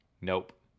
Nope